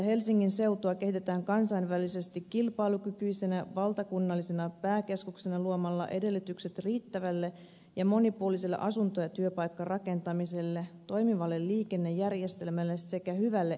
helsingin seutua kehitetään kansainvälisesti kilpailukykyisenä valtakunnallisena pääkeskuksena luomalla edellytykset riittävälle ja monipuoliselle asunto ja työpaikkarakentamiselle toimivalle liikennejärjestelmälle sekä hyvälle elinympäristölle